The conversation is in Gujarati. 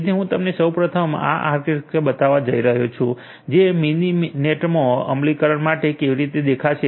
તેથી હું તમને સૌ પ્રથમ આ આર્કીટેક્ચર બતાવવા જઇ રહ્યો છું જે મિનિનેટમાં અમલીકરણ માટે કેવી રીતે દેખાશે